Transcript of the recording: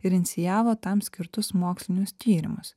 ir inicijavo tam skirtus mokslinius tyrimus